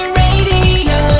radio